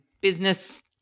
business